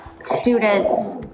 students